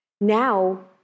Now